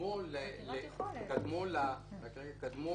קדמו